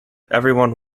everyone